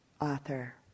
author